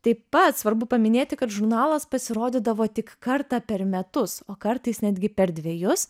taip pat svarbu paminėti kad žurnalas pasirodydavo tik kartą per metus o kartais netgi per dvejus